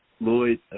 Lloyd